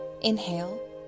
Inhale